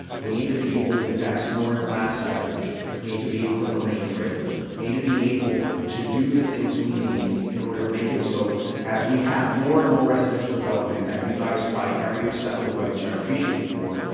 we need to be able to invest more in class size reduction. we need to be able to eliminate trailers. we need to be able to do the things we need in order to make it so as we have more and more residential development, that you guys fight every step of the way, which i appreciate you for.